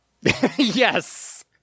Yes